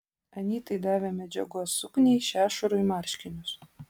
anytai davė medžiagos sukniai šešurui marškinius